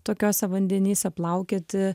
tokiuose vandenyse plaukioti